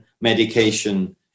medication